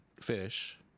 fish